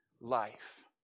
life